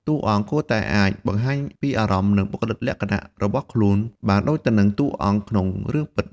តួអង្គគួរតែអាចបង្ហាញពីអារម្មណ៍ និងបុគ្គលិកលក្ខណៈរបស់ខ្លួនបានដូចទៅនឹងតួអង្គក្នុងរឿងពិត។